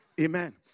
Amen